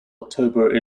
october